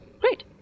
Great